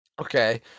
Okay